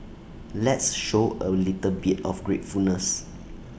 let's show A little bit of gratefulness